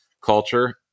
culture